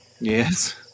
Yes